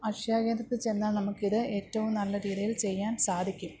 അക്ഷയ കേന്ദ്രത്തിൽ ചെന്നാൽ നമുക്കിത് ഏറ്റവും നല്ല രീതിയിൽ ചെയ്യാൻ സാധിക്കും